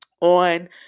on